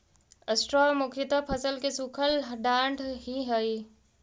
straw मुख्यतः फसल के सूखल डांठ ही हई